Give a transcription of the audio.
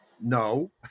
no